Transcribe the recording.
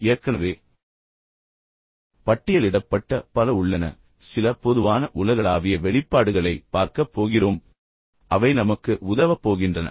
உண்மையில் ஏற்கனவே பட்டியலிடப்பட்ட பல உள்ளன மேலும் சில பொதுவான உலகளாவிய வெளிப்பாடுகளைப் பார்க்கப் போகிறோம் அவை நமக்கு உதவப் போகின்றன